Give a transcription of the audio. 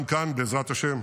גם כאן, בעזרת השם,